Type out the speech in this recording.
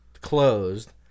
closed